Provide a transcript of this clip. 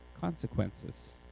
consequences